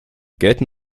gelten